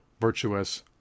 virtuous